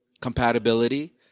Compatibility